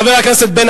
חבר הכנסת רותם,